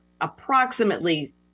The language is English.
approximately